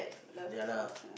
ya lah